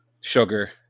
Sugar